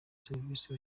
serivisi